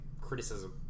criticism